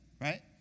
right